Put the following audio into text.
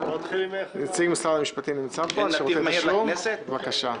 נציג משרד המשפטים, בבקשה.